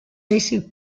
basic